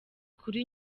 kuri